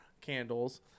candles